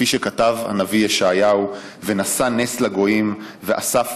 כפי שכתב הנביא ישעיהו: "ונשא נס לגויים ואסף